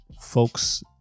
folks